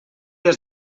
has